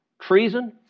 treason